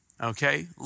okay